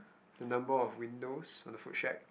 the number of windows for the food shack